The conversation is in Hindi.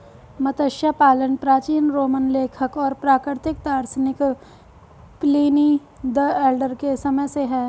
मत्स्य पालन प्राचीन रोमन लेखक और प्राकृतिक दार्शनिक प्लिनी द एल्डर के समय से है